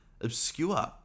obscure